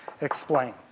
explain